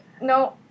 No